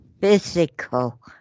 physical